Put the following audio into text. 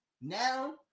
Now